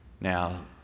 Now